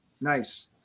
nice